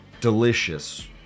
Delicious